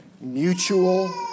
Mutual